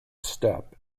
step